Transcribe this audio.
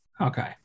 Okay